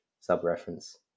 sub-reference